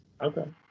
okay